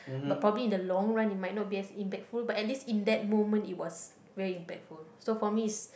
but probably in the long run it might not be as impactful but at least in that moment it was very impactful so for me is